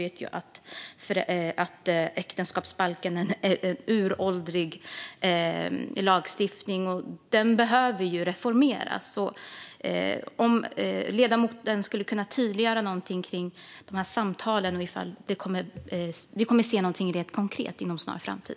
Äktenskapsbalken är uråldrig lagstiftning, och den behöver reformeras. Jag undrar om ledamoten skulle kunna tydliggöra något om de här samtalen och ifall vi kommer att se något konkret inom en snar framtid.